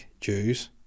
Jews